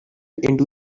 into